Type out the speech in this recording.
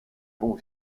bon